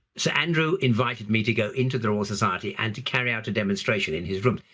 sir andrew invited me to go into the royal society and to carry out a demonstration in his room.